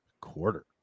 quarter